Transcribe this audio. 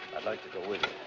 i'd like to go with you.